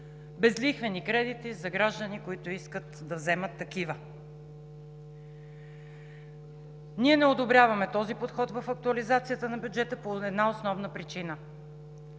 безлихвени кредити за граждани, които искат да вземат такива. Ние не одобряваме този подход в актуализацията на бюджета по една основна причина